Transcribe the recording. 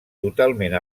totalment